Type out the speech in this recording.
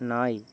நாய்